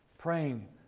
Praying